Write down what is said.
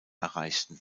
erreichten